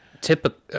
typical